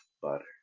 butter